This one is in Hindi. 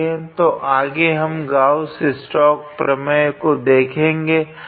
तो आगे हम गॉस स्टोक्स प्रमेय को देखेगे